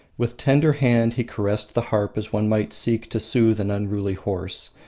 with tender hand he caressed the harp as one might seek to soothe an unruly horse,